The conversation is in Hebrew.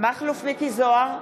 מכלוף מיקי זוהר,